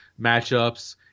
matchups